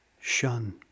shun